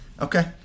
Okay